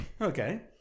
Okay